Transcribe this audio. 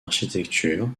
architecture